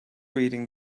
reading